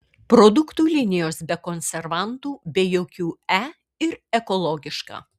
produktų linijos be konservantų be jokių e ir ekologiška